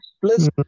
Plus